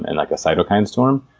and like a cytokine storm.